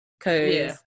cause